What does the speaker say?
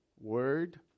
word